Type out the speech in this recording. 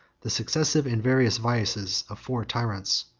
the successive and various vices of four tyrants.